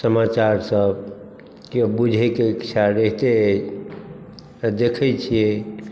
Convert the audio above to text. समाचार सभके बुझैके इच्छा रहितै अछि तऽ देखै छियै